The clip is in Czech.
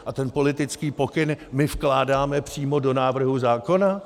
A ten politický pokyn my vkládáme přímo do návrhu zákona?